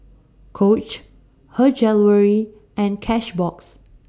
Coach Her Jewellery and Cashbox